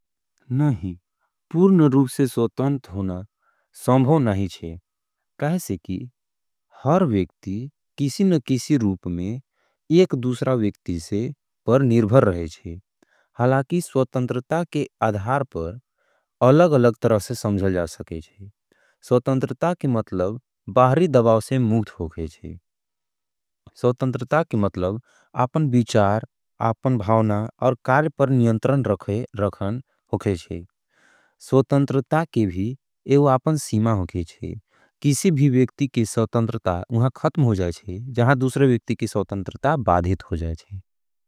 नहीं, पूर्ण रूप से स्वतन्त होना संभौन नहीं छे। कैसे कि हर वेक्ति किसी न किसी रूप में एक दूसरा वेक्ति से पर निर्भर रहे छे। हलाकि स्वतन्त्रता के अधार पर अलग-अलग तरह से समझल जा सके जे। स्वतन्त्रता के मतलब बाहरी दबाव से मुग्ध होगे जे। स्वतन्त्रता के मतलब आपन विचार, आपन भावना और कार्य पर नियंत्रन रखन होगे जे। स्वतन्त्रता के भी एवा आपन सीमा होगे जे। किसी भी वेक्ति के स्वतन्त्रता उहां खत्म हो जाएँ जहां दूसरे वेक्ति के स्वतन्त्रता बाधित हो जाएँ जे।